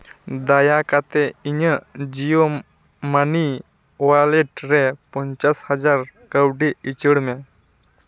ᱫᱟᱭᱟᱠᱟᱛᱮ ᱤᱧᱟᱹᱜ Jio money wallet ᱨᱮ ᱯᱚᱧᱪᱟᱥ ᱦᱟᱡᱟᱨ ᱠᱟᱹᱣᱰᱤ ᱩᱪᱟᱹᱲ ᱢᱮ